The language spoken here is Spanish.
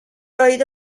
oído